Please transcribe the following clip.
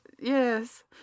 Yes